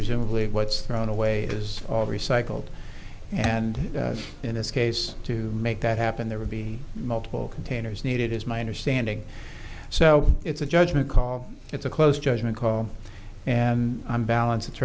presumably what's thrown away is all recycled and in this case to make that happen there would be multiple containers needed is my understanding so it's a judgement call it's a close judgement call and on balance